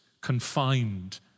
confined